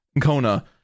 Kona